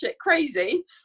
crazy